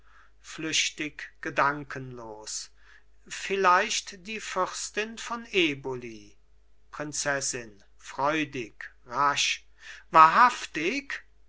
flüchtig gedankenlos vielleicht die fürstin von eboli prinzessin freudig rasch wahrhaftig